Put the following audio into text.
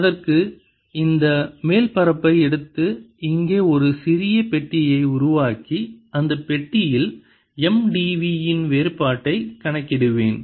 அதற்காக இந்த மேல் மேற்பரப்பை எடுத்து இங்கே ஒரு சிறிய பெட்டியை உருவாக்கி இந்த பெட்டியில் M d v இன் வேறுபாட்டைக் கணக்கிடுவேன்